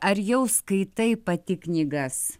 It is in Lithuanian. ar jau skaitai pati knygas